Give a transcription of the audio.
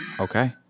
Okay